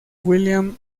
william